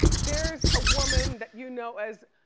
there's a woman that you know as